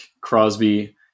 Crosby